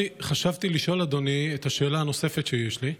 אדוני, חשבתי לשאול את השאלה הנוספת שיש לי,